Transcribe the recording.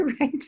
right